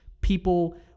people